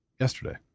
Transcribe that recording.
yesterday